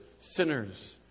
sinners